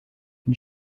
une